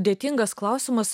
dėkingas klausimas